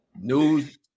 News